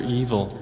evil